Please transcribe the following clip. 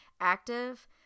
active